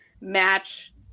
match